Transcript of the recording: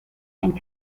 and